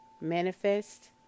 manifest